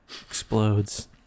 Explodes